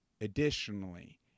additionally